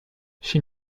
she